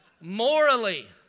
Morally